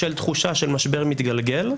בתחושה של משבר מתגלגל,